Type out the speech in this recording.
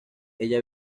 ella